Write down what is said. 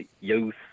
youth